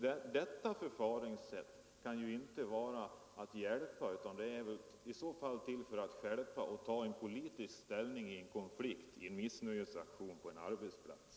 Detta förfaringssätt kan ju inte innebära att hjälpa utan snarare att stjälpa och ta politisk ställning i en konflikt, till en missnöjesaktion på en arbetsplats.